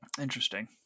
interesting